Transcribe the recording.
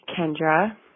Kendra